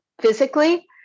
physically